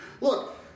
Look